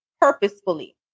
purposefully